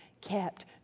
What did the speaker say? kept